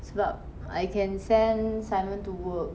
sebab I can send simon to work